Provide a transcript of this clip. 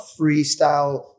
freestyle